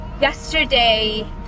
Yesterday